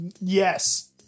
Yes